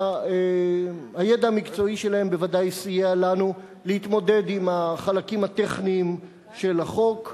והידע המקצועי שלהם בוודאי סייע לנו להתמודד עם החלקים הטכניים של החוק,